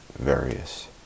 various